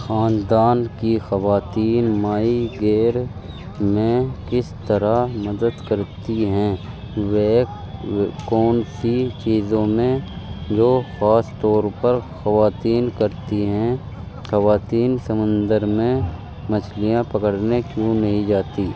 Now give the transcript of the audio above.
خاندان کی خواتین ماہی گیر میں کس طرح مدد کرتی ہیں وہ کون سی چیزوں میں جو خاص طور پر خواتین کرتی ہیں خواتین سمندر میں مچھلیاں پکڑنے کیوں نہیں جاتی